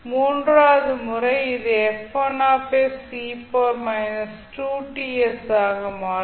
மூன்றாவது முறை இது ஆக மாறும்